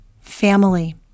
family